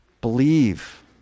Believe